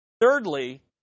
Thirdly